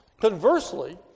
Conversely